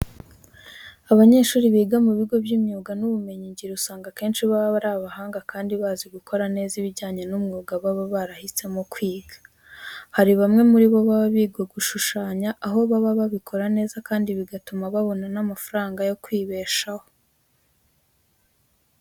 Abanyeshuri biga mu bigo by'imyuga n'ubumenyingiro usanga akenshi baba ari abahanga kandi bazi gukora neza ibijyanye n'umwuga baba barahisemo kwiga. Hari bamwe muri bo baba biga gushushanya, aho baba babikora neza kandi bigatuma babona n'amafaranga yo kwibeshaho.